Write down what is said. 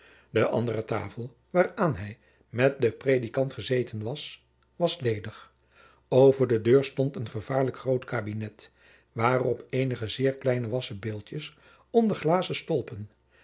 de andere tafel waaraan hij met den predikant gezeten was was ledig over de deur stond een vervaarlijk groot kabinet waarop eenige zeer kleine wasschen beeldjens onder glazen stolpen